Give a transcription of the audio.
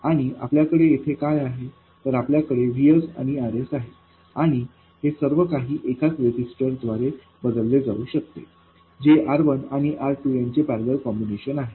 आणि आपल्याकडे येथे काय आहे तर आपल्याकडे VSआणि RSआहेत आणि हे सर्व काही एकाच रेझिस्टरद्वारे बदलले जाऊ शकते जे R1आणि R2यांचे पैरलेल कॉम्बिनेशन आहे